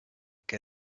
què